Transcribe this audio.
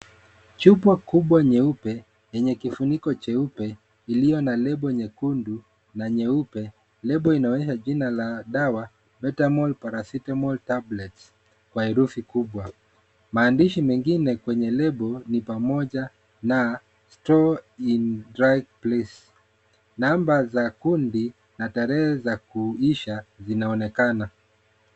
Chupa kubwa nyeupe, yenye kifuniko cheupe, iliyo na lebo nyekundu na nyeupe. Lebo inaonyesha jina la dawa, Betamol Paracetamol Tablets, kwa herufi kubwa. Maandishi mengine kwenye lebo, ni pamoja na store in dry place , namba za kundi na tarehe za kuisha zinaonekana.